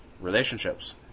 relationships